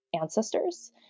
ancestors